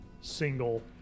single